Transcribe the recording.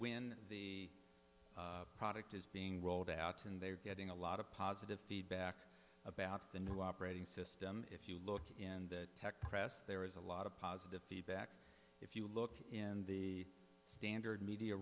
when the product is being rolled out and they are getting a lot of positive feedback about the new operating system if you look in the tech press there is a lot of positive feedback if you look in the standard media